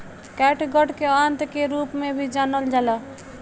catgut के आंत के रूप में भी जानल जाला